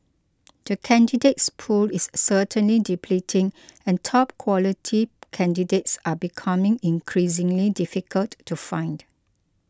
the candidates pool is certainly depleting and top quality candidates are becoming increasingly difficult to find